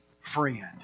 friend